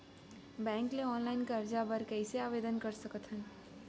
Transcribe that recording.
Bank ले online करजा बर कइसे आवेदन कर सकथन?